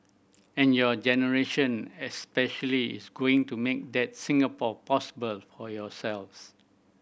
and your generation especially is going to make that Singapore possible for yourselves